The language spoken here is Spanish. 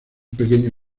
pequeño